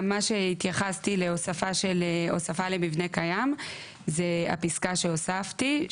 מה שהתייחסתי להוספה למבנה קיים זו הפסקה שהוספתי,